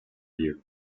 year